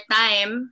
time